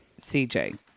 CJ